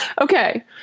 Okay